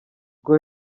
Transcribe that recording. rwo